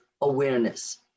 awareness